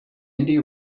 indie